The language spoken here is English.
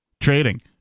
trading